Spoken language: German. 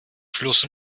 fluss